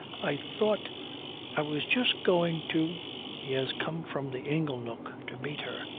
i thought i was just going to he has come from the ingle-nook to meet her.